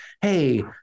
hey